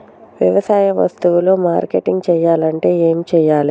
వ్యవసాయ వస్తువులు మార్కెటింగ్ చెయ్యాలంటే ఏం చెయ్యాలే?